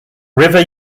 river